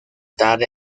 tarde